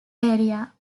area